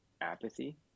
apathy